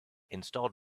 install